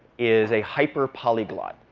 is a hyperpolyglot.